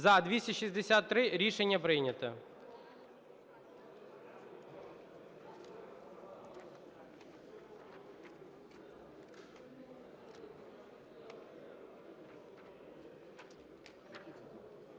За-263 Рішення прийнято.